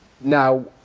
now